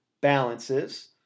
balances